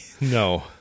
No